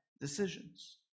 decisions